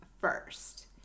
first